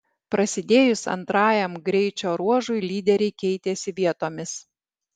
prasidėjus antrajam greičio ruožui lyderiai keitėsi vietomis